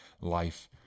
life